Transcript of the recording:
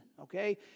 okay